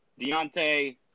Deontay